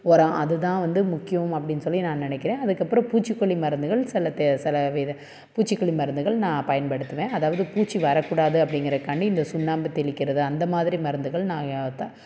உரம் அதுதான் வந்து முக்கியம் அப்படின் சொல்லி நான் நினக்கிறேன் அதுக்கப்பறம் பூச்சிக்கொல்லி மருந்துகள் சில சில பூச்சிக்கொல்லி மருந்துகள் நான் பயன்படுத்துவேன் அதாவது பூச்சி வரக்கூடாது அப்படிங்கறக்காண்டி இந்த சுண்ணாம்பு தெளிக்கிறது அந்தமாதிரி மருந்துகள் நான்